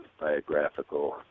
biographical